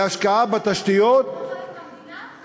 להשקעה בתשתיות אתה לא חלק מהמדינה?